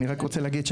אני רק רוצה להגיד,